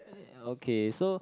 okay so